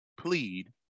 plead